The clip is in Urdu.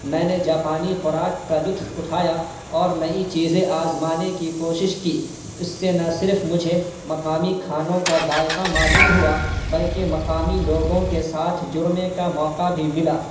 میں نے جاپانی خوراک کا لطف اٹھایا اور نئی چیزیں آزمانے کی کوشش کی اس سے نہ صرف مجھے مقامی کھانوں کا ذائقہ معلوم ہوا بلکہ مقامی لوگوں کے ساتھ جرنے کا موقع بھی ملا